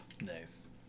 Nice